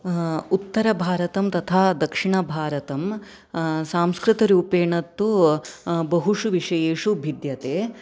उत्तरभारतं तथा दक्षिणभारतं सांस्कृतरूपेण तु बहुषु विषयेषु भिद्यते